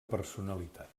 personalitat